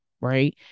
Right